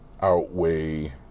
outweigh